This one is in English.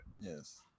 Yes